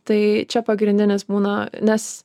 tai čia pagrindinis būna nes